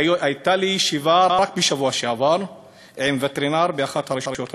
הייתה לי ישיבה רק בשבוע שעבר עם וטרינר באחת הרשויות המקומיות,